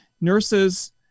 Nurses